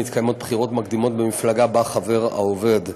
מתקיימות בחירות מקדימות במפלגה שבה העובד חבר.